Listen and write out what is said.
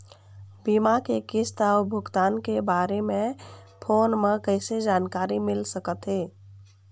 बीमा के किस्त अऊ भुगतान के बारे मे फोन म कइसे जानकारी मिल सकत हे?